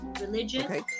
religion